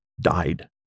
died